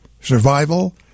survival